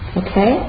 okay